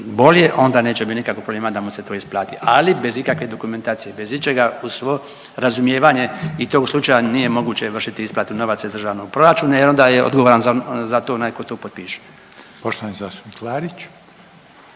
onda neće biti nikakvog problema da mu se to isplati. Ali bez ikakve dokumentacije, bez ičega u svo razumijevanje i to u slučaju nije moguće isplatu vršiti isplatu novaca iz državnog proračuna jer onda je odgovoran za to onaj ko to potpiše. **Reiner,